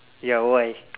ya why